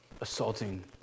assaulting